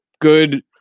good